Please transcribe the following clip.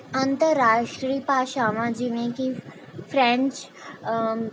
ਅੰਤਰਰਾਸ਼ਟਰੀ ਭਾਸ਼ਾਵਾਂ ਜਿਵੇਂ ਕਿ ਫਰੈਂਚ